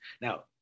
now